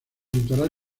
litoral